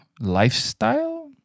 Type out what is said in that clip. lifestyle